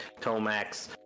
Tomax